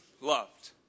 loved